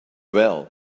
well